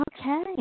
Okay